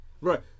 Right